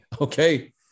Okay